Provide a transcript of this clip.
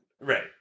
Right